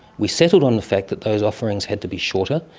we settled on the fact that those offerings had to be shorter,